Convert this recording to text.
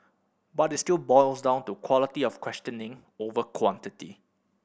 but it still boils down to quality of questioning over quantity